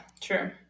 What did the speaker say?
true